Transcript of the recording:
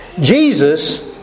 Jesus